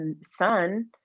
son